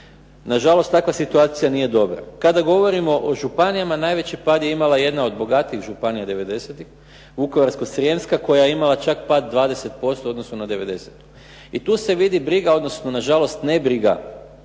Na žalost takva situacija nije dobra. Kada govorimo o županijama, najveći pad je imala jedan od bogatijih županija 90-ih, Vukovarsko-srijemska, koja je imala čak pad 20% u odnosu na '90. I tu se vidi briga, odnosno na žalost nebriga